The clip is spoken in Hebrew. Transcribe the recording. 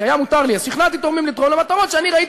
כשהיה מותר לי אז שכנעתי תורמים לתרום למטרות שאני ראיתי